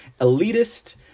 elitist